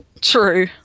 True